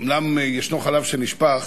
אומנם יש חלב שנשפך,